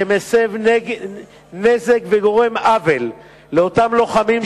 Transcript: שמסב נזק וגורם עוול לאותם לוחמים,